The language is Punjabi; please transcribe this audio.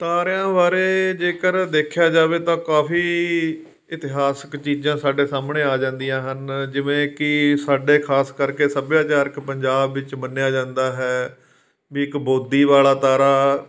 ਤਾਰਿਆਂ ਬਾਰੇ ਜੇਕਰ ਦੇਖਿਆ ਜਾਵੇ ਤਾਂ ਕਾਫੀ ਇਤਿਹਾਸਿਕ ਚੀਜ਼ਾਂ ਸਾਡੇ ਸਾਹਮਣੇ ਆ ਜਾਂਦੀਆਂ ਹਨ ਜਿਵੇਂ ਕਿ ਸਾਡੇ ਖਾਸ ਕਰਕੇ ਸੱਭਿਆਚਾਰਕ ਪੰਜਾਬ ਵਿੱਚ ਮੰਨਿਆ ਜਾਂਦਾ ਹੈ ਵੀ ਇੱਕ ਬੋਦੀ ਵਾਲਾ ਤਾਰਾ